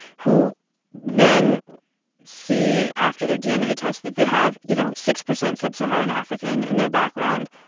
who then see after their dna tests that they have, you know, six percent sub-saharan african in their background,